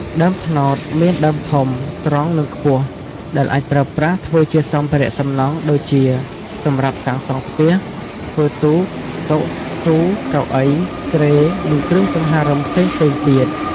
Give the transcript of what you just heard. ដើមត្នោតមានដើមធំ ត្រង់ និងខ្ពស់ ដែលអាចប្រើប្រាស់ធ្វើជាសម្ភារៈសំណង់ ដូចជាសម្រាប់សាងសង់ផ្ទះ ធ្វើទូក តុ ទូ កៅអី គ្រែ និងគ្រឿងសង្ហារិមផ្សេងៗទៀត។